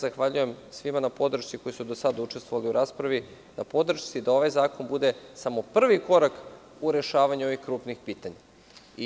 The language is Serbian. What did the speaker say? Zahvaljujem se svima na podršci, onima koji su do sada učestvovali u raspravi, na podršci da ovaj zakon bude samo prvi korak u rešavanju ovih krupnih pitanja.